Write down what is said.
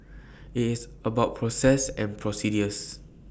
IT is about process and procedures